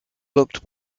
looked